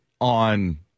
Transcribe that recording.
on